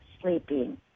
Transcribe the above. sleeping